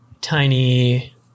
tiny